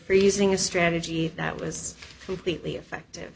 freezing a strategy that was completely effective